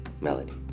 Melody